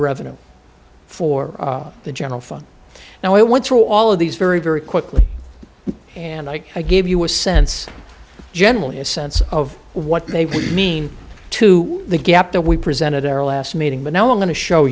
revenue for the general fund and i want to all of these very very quickly and i give you a sense generally a sense of what they mean to the gap that we presented our last meeting but now i'm going to show